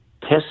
test